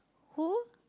who